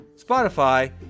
Spotify